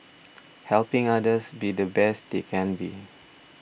helping others be the best they can be